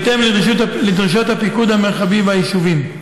בהתאם לדרישות הפיקוד המרחבי והיישובים,